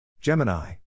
Gemini